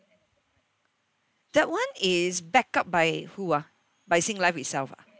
that one is backup by who ah by Singlife itself ah